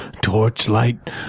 torchlight